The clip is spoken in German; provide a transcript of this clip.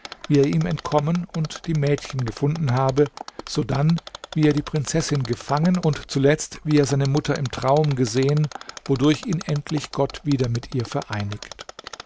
wie er ihm entkommen und die mädchen gefunden habe sodann wie er die prinzessin gefangen und zuletzt wie er seine mutter im traum gesehen wodurch ihn endlich gott wieder mit ihr vereinigt